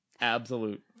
Absolute